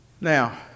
Now